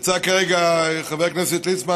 יצא כרגע חבר הכנסת ליצמן.